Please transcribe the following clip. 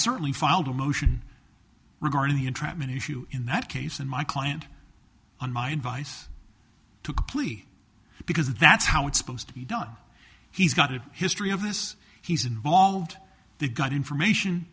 certainly filed a motion regarding the entrapment if you in that case and my client and my advice to complete because that's how it's supposed to be done he's got a history of this he's involved they got information